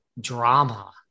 drama